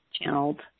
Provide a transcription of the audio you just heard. channeled